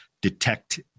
detect